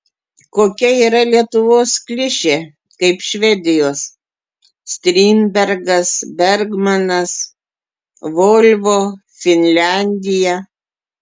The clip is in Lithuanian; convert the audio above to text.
kokia yra lietuvos klišė kaip švedijos strindbergas bergmanas volvo finlandija